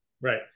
Right